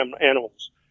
animals